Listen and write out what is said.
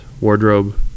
wardrobe